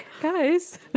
Guys